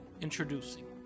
Introducing